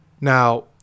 now